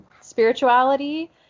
spirituality